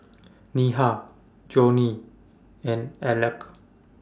Neha Johnie and Aleck